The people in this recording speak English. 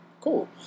Cool